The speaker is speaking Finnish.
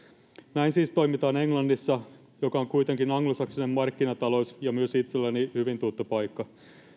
näin siis toimitaan englannissa joka on kuitenkin anglosaksinen markkinatalous ja myös itselleni hyvin tuttu paikka